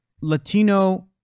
Latino